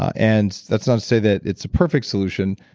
and that's not to say that it's a perfect solution,